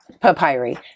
papyri